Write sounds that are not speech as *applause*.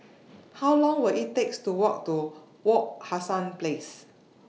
*noise* How Long Will IT takes to Walk to Wak Hassan Place